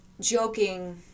joking